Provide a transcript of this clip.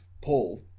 Paul